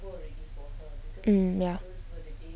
um ya